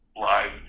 live